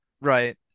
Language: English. Right